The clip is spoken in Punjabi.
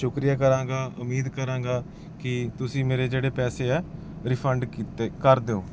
ਸ਼ੁਕਰੀਆ ਕਰਾਂਗਾ ਉਮੀਦ ਕਰਾਂਗਾ ਕਿ ਤੁਸੀਂ ਮੇਰੇ ਜਿਹੜੇ ਪੈਸੇ ਹੈ ਰਿਫੰਡ ਕੀਤੇ ਕਰ ਦਿਓ